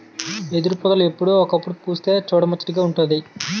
ఎదురుపొదలు ఎప్పుడో ఒకప్పుడు పుస్తె సూడముచ్చటగా వుంటాది